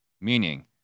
Meaning